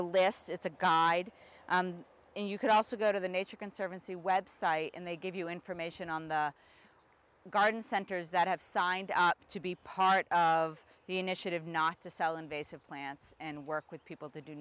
a list it's a god and you can also go to the nature conservancy website and they give you information on the garden centers that have signed up to be part of the initiative not to sell invasive plants and work with people to do